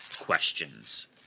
questions